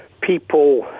people